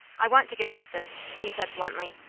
i want to get out of this, he said, bluntly.